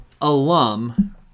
alum